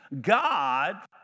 God